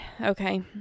Okay